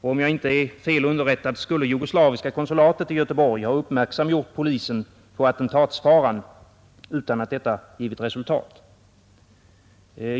Om jag inte är fel underrättad skulle jugoslaviska konsulatet i Göteborg ha uppmärksamgjort polisen på attentatsfaran utan att detta givit resultat.